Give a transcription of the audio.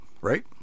right